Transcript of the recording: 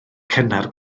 cynnar